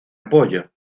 apoyo